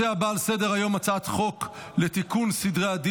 בעד, 23,